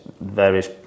various